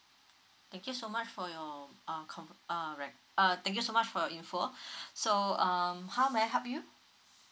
thank you so much for your err com err right uh thank you so much for your info so um how may I help you